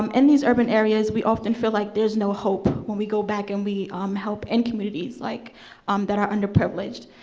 um in these urban areas, we often feel like there's no hope when we go back and we um help in and communities like um that are underprivileged.